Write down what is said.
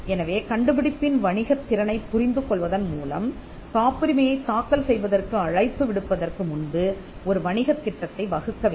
எனவே கண்டுபிடிப்பின் வணிகத் திறனைப் புரிந்து கொள்வதன் மூலம் காப்புரிமையைத் தாக்கல் செய்வதற்கு அழைப்பு விடுப்பதற்கு முன்பு ஒரு வணிகத் திட்டத்தை வகுக்க வேண்டும்